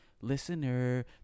listener